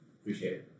Appreciate